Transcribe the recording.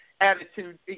attitude